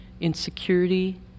insecurity